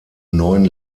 neun